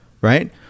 right